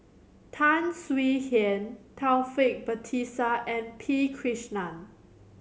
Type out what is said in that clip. Tan Swie Hian Taufik Batisah and P Krishnan